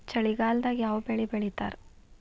ಚಳಿಗಾಲದಾಗ್ ಯಾವ್ ಬೆಳಿ ಬೆಳಿತಾರ?